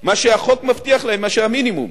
ממה שהחוק מבטיח להם, מהמינימום.